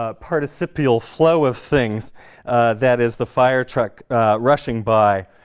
ah participial flow of things that is the fire truck rushing by.